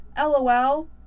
lol